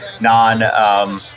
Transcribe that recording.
non –